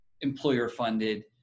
employer-funded